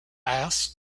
asked